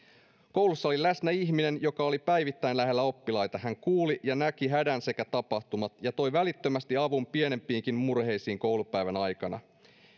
koulussa oli läsnä ihminen joka oli päivittäin lähellä oppilaita hän kuuli ja näki hädän sekä tapahtumat ja toi välittömästi avun pienempiinkin murheisiin koulupäivän aikana